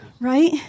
right